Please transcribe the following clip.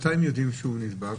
מתי הם יודעים שהוא נדבק?